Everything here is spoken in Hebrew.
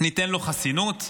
ניתן לו חסינות לעובדים,